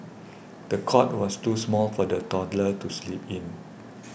the cot was too small for the toddler to sleep in